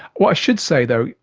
what i should say though,